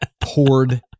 poured